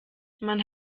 man